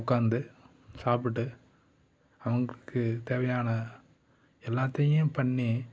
உட்காந்து சாப்பிட்டு அவங்களுக்கு தேவையான எல்லாத்தையும் பண்ணி